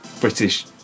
British